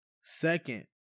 Second